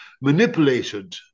manipulated